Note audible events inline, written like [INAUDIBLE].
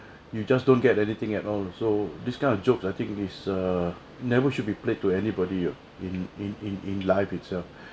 you just don't get anything at all so this kind of joke I think is err never should be played to anybody ah in in in in life itself [BREATH]